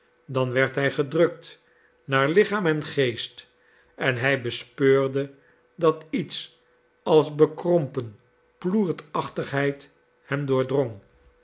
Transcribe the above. dan werd hij gedrukt naar lichaam en geest en hij bespeurde dat iets als bekrompen ploertachtigheid hem